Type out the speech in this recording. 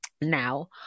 now